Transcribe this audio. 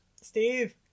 Steve